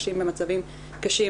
נשים במצבים קשים,